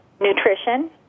nutrition